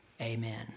Amen